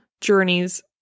journeys